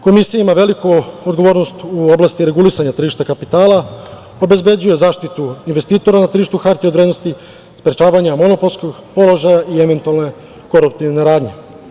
Komisija ima veliku odgovornost u oblasti regulisanja tržišta kapitala - obezbeđuje zaštitu investitora na tržištu hartije od vrednosti, sprečavanja monopolskog položaja i eventualne radnje.